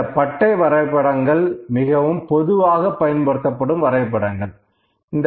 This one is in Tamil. இந்த பார் வரைபடங்கள் மிகவும் பொதுவாக பயன்படுத்தப்படும் வரைபடங்கள் ஆகும்